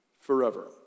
forever